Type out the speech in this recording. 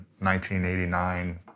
1989